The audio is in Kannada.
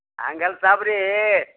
ಹಂಗಲ್ಲ ಸಾಬರೇ